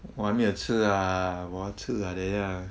我还没有吃啊我要吃啊等一下